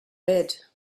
bed